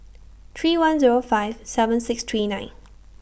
three one Zero five seven six three nine